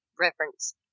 reference